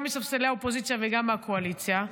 גם מספסלי האופוזיציה וגם מהקואליציה,